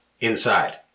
inside